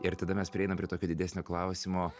ir tada mes prieinam prie tokio didesnio klausimo